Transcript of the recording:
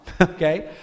okay